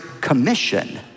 Commission